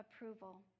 approval